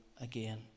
again